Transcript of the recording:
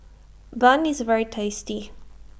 Bun IS very tasty